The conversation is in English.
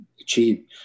achieve